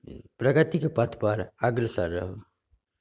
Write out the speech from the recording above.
प्रगतिके पथ पर अग्रसर रहू